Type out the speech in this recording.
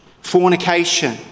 fornication